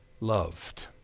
Loved